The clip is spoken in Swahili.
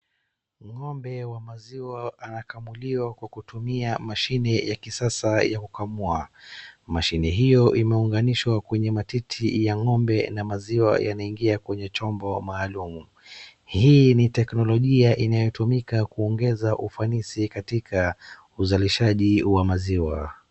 Ng'ombe wa maziwa anakamuliwa kwa kutumia mashine ya kisasa ya kukamua. Mashine hiyo imeunganishwa kwenye matiti ya ng'ombe na maziwa yanaingia kwenye chombo maalum. Hii ni teknolojia inayotumika kuongeza ufanisi katika uzalishaji wa maziwa.